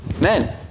men